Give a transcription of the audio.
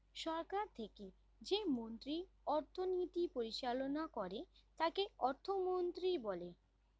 সরকার থেকে যে মন্ত্রী অর্থনীতি পরিচালনা করে তাকে অর্থমন্ত্রী বলে